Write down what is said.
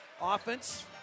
offense